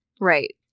Right